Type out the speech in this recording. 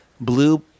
Blue